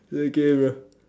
it's okay bro